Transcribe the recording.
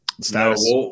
status